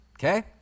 Okay